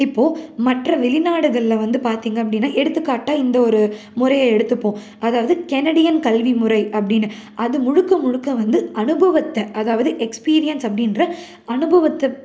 இப்போது மற்ற வெளிநாடுகளில் வந்து பார்த்திங்க அப்படின்னா எடுத்துக்காட்டாக இந்த ஒரு முறையை எடுத்துப்போம் அதாவது கெனடியன் கல்விமுறை அப்படின்னு அது முழுக்க முழுக்க வந்து அனுபவத்தை அதாவது எக்ஸ்பீரியன்ஸ் அப்படின்ற அனுபவத்தை